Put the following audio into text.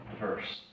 first